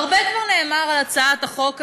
הרבה נאמר על הצעת החוק הזאת.